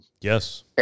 yes